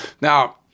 now